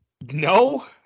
No